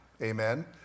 Amen